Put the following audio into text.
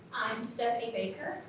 stefanie baker,